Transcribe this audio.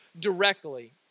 directly